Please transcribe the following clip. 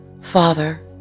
Father